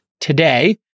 today